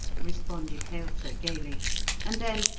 responded ailsa gaily and then,